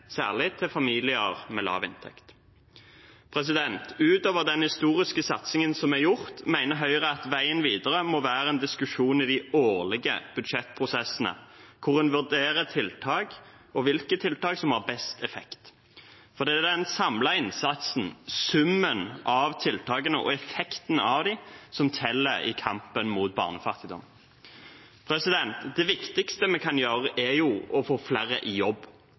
familier med lav inntekt. Utover den historiske satsingen som er gjort, mener Høyre at veien videre må være en diskusjon i de årlige budsjettprosessene hvor en vurderer tiltak og hvilke tiltak som har best effekt. Det er den samlede innsatsen, summen av tiltakene og effekten av dem, som teller i kampen mot barnefattigdom. Det viktigste vi kan gjøre, er å få flere i jobb.